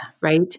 Right